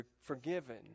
forgiven